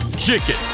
Chicken